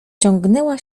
ciągnęła